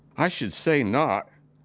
i should say not!